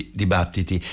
dibattiti